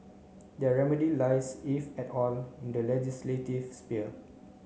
their remedy lies if at all in the legislative sphere